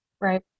right